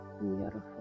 beautiful